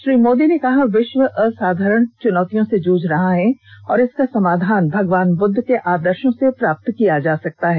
श्री मोदी ने कहा विश्व असाधारण चुनौतियों से जूझ रहा है और इसका समाधान भगवान बुद्ध के आदर्शों से प्राप्त किया जा सकता है